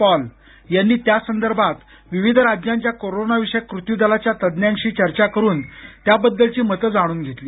Paul यांनी त्यासंदर्भात विविध राज्यांच्या कोरोनाविषयक कृती दलाच्या तज्ज्ञांशी चर्चा करू त्याबद्दलची मते जाणून घेतली